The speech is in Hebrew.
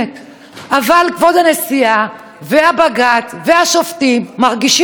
אבל כבוד הנשיאה ובג"ץ והשופטים מרגישים מאוימים.